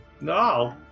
No